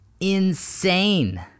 insane